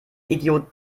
idiot